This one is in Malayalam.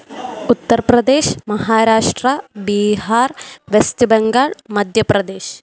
ഉത്തർ പ്രദേശ് മഹാരാഷ്ട ബീഹാർ വെസ്റ്റ് ബംഗാൾ മധ്യ പ്രദേശ്